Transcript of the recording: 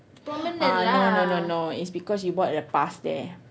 ah no no no no it's because you bought a pass there